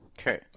Okay